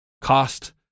cost